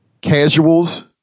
casuals